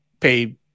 pay